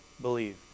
believe